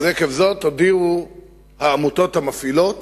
עקב זאת הודיעו העמותות המפעילות